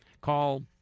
Call